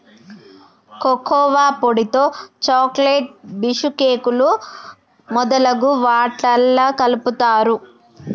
cocoa పొడితో చాకోలెట్లు బీషుకేకులు మొదలగు వాట్లల్లా కలుపుతారు